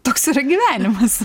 toks yra gyvenimas